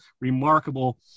remarkable